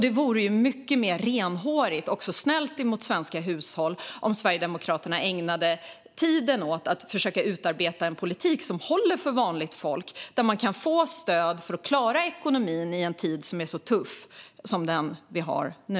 Det vore mycket mer renhårigt och snällt mot svenska hushåll om Sverigedemokraterna ägnade tiden åt att försöka utarbeta en politik som håller för vanligt folk, så att de kan få stöd för att klara ekonomin i en tid som är så tuff som nu.